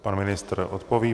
Pan ministr odpoví.